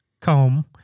comb